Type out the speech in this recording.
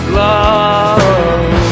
love